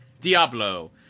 Diablo